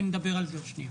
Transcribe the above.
ונדבר על זה עוד שנייה.